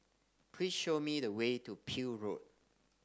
please show me the way to Peel Road